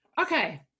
okay